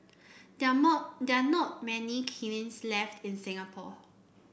there are more there are not many kilns left in Singapore